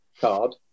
card